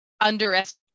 underestimate